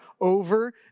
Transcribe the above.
over